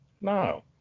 No